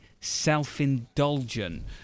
self-indulgent